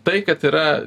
tai kad yra